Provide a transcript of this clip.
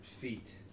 feet